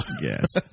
Yes